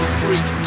freak